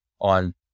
on